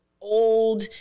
old